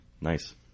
Nice